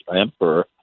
emperor